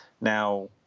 Now